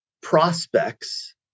prospects